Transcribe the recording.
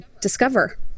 discover